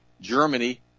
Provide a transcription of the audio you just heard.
Germany